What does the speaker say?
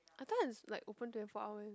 I thought it's like open twenty four hours